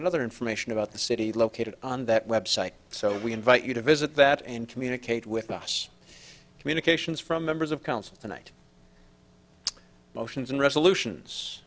and other information about the city located on that website so we invite you to visit that and communicate with us communications from members of council tonight motions and resolutions